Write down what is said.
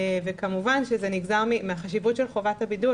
כמובן שזה נגזר מהחשיבות של חובת הבידוד